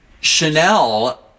Chanel